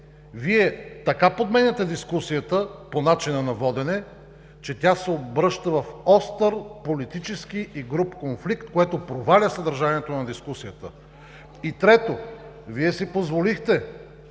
Вие така подменяте дискусията по начина на водене, че тя се обръща в остър политически и груб конфликт, което проваля съдържанието на дискусията. И трето, Вие си позволихте